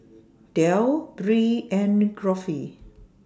Del Bree and Geoffrey